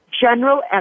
general